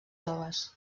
joves